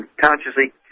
consciously